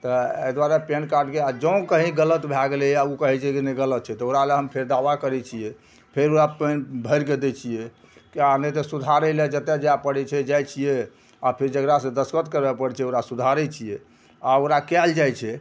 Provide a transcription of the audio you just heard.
तऽ अइ दुआरे पेनकार्डके आ जँ कहीं गलत भए गेलैये आओर उ कहय छै नहि गलत छै तऽ ओकरा लए हम फेर दावा करय छियै फेर ओकरा पानि भरि कऽ दै छियै कि आओर नहि तऽ सुधारय लए जतऽ जाय पड़य छै जाइ छियै आओर फिर जकरासँ दसखत करबय पड़य छै ओकरा सुधारय छियै आओर ओकरा कयल जाइ छै